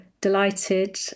delighted